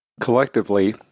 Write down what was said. Collectively